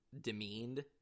demeaned